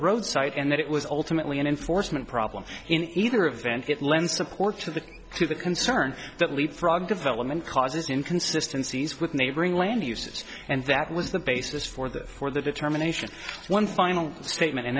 road site and that it was ultimately an enforcement problem in either event it lend support to the to the concern that leapfrog development causes in consistencies with neighboring land uses and that was the basis for the for the determination one final statement and